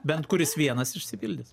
bent kuris vienas išsipildys